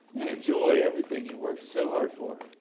and enjoy everything you worked so hard for.